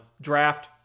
draft